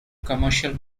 commercial